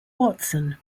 watson